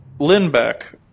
Lindbeck